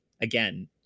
again